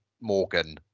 morgan